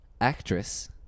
actress